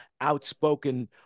outspoken